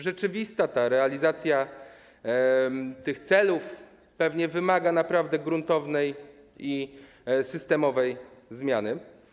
Rzeczywista realizacja tych celów pewnie wymaga naprawdę gruntownej i systemowej zmiany.